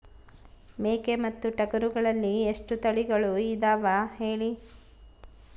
ಮೇಕೆ ಮತ್ತು ಟಗರುಗಳಲ್ಲಿ ಎಷ್ಟು ತಳಿಗಳು ಇದಾವ ಹೇಳಿ?